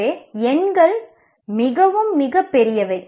எனவே எண்கள் மிகவும் மிகப் பெரியவை